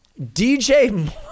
DJ